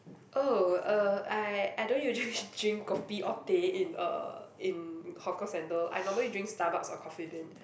oh uh I I don't usually drink kopi or teh in uh in hawker-centre I normally drink Starbucks or Coffee-Bean